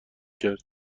کرد